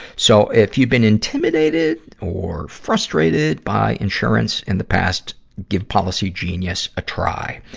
so, if you've been intimidated or frustrated by insurance in the past, give policygenius a try.